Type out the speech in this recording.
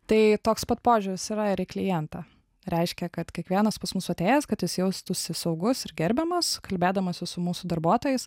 tai toks pat požiūris yra ir į klientą reiškia kad kiekvienas pas mus atėjęs kad jis jaustųsi saugus ir gerbiamas kalbėdamasis su mūsų darbuotojais